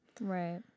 Right